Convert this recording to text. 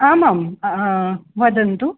आमां वदन्तु